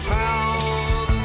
town